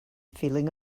feeling